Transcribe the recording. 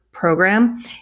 program